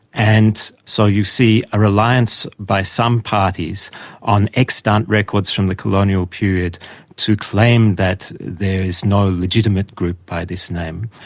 and so you see a reliance by some parties on extant records from the colonial period to claim that there is no legitimate group by this name,